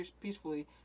peacefully